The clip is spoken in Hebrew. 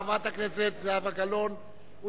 חברת הכנסת זהבה גלאון,